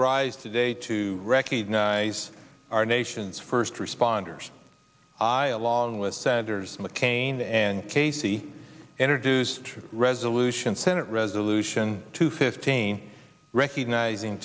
rise today to recognize our nation's first responders i along with senators mccain and casey enter dues to resolution senate resolution two fifteen recognizing